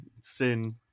sin